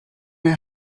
may